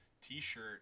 T-shirt